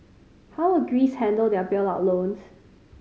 how will Greece handle their bailout loans